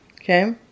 okay